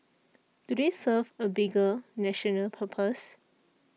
do they serve a bigger national purpose